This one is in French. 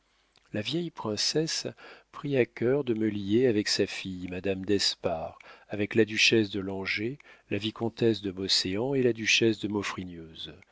la vieille princesse prit à cœur de me lier avec sa fille madame d'espard avec la duchesse de langeais la vicomtesse de beauséant et la duchesse de